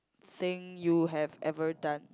thing you have ever done